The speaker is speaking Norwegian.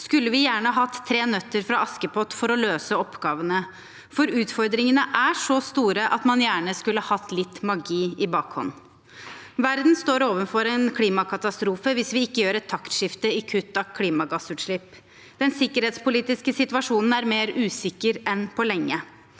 skulle vi gjerne hatt tre nøtter fra Askepott for å løse oppgavene, for utfordringene er så store at man gjerne skulle hatt litt magi i bakhånd. Verden står overfor en klimakatastrofe hvis vi ikke gjør et taktskifte i kutt av klimagassutslipp. Den sikkerhetspolitiske situasjonen er mer usikker enn på lenge.